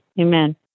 Amen